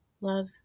love